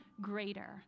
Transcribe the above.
greater